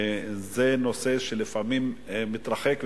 זה נושא שלפעמים מתרחק,